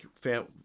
family